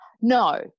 No